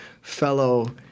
fellow